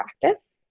practice